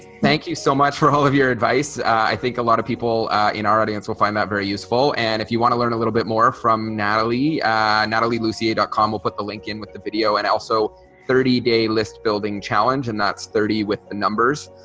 thank you so much for all of your advice. i think a lot of people in our audience will find that very useful and if you want to learn a little bit more from nathalie and nathalielussier dot com will put the link in with the video and also thirty daylistbuildingchallenge and that's thirty with the numbers.